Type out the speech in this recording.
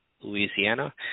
Louisiana